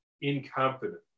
incompetent